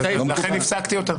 לכן הפסקתי אותה.